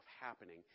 happening